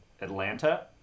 atlanta